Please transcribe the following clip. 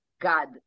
God